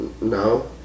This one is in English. No